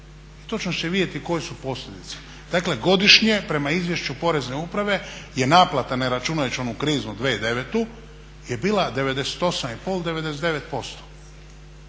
Točno će se vidjeti koje su posljedice. Dakle, godišnje prema Izvješću Porezne uprave je naplata ne računajući onu kriznu 2009. je bila 98